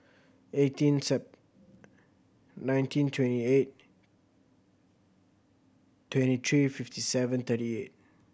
eighteen Sep nineteen twenty eight twenty three fifty seven thirty eight